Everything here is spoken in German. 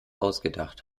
ausgedacht